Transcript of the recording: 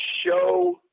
show